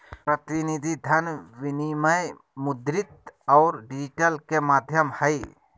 प्रतिनिधि धन विनिमय मुद्रित और डिजिटल के माध्यम हइ